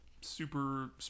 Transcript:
super